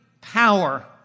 power